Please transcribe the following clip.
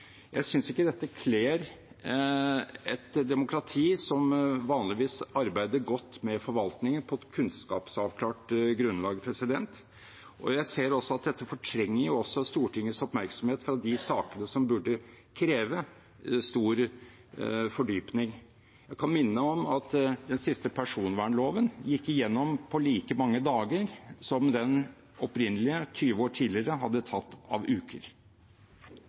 Jeg synes ikke dette kler et demokrati som vanligvis arbeider godt med forvaltningen på et kunnskapsavklart grunnlag, og jeg ser også at dette fortrenger Stortingets oppmerksomhet fra de sakene som burde kreve stor fordypning. Jeg kan minne om at den siste personvernloven gikk igjennom på like mange dager som den opprinnelige, 20 år tidligere, hadde tatt av uker.